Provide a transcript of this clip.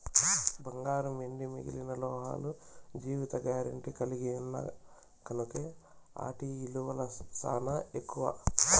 బంగారం, ఎండి మిగిలిన లోహాలు జీవిత గారెంటీ కలిగిన్నాయి కనుకే ఆటి ఇలువ సానా ఎక్కువ